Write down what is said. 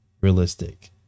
realistic